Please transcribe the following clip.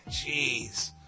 Jeez